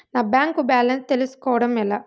నా bank balance తెలుస్కోవడం ఎలా?